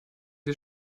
wir